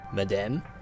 Madame